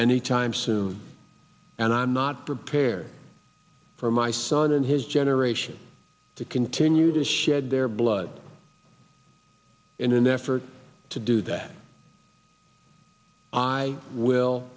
any time soon and i'm not prepare for my son and his generation to continue to shed their blood in an effort to do that i will